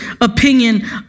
opinion